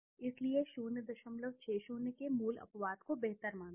इसलिए 060 के मूल्य अपवाद को बेहतर मानते हैं